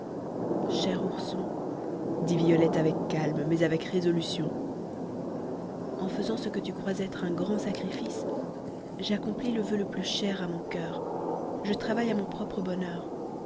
cher ourson dit violette avec calme mais avec résolution en faisant ce que tu crois être un grand sacrifice j'accomplis le voeu le plus cher à mon coeur je travaille à mon propre bonheur